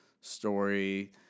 story